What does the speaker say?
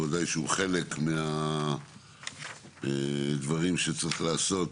בוודאי שהוא חלק מהדברים שצריך לעשות